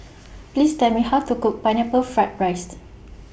Please Tell Me How to Cook Pineapple Fried Rice